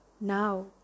now